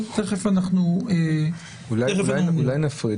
אולי נפריד,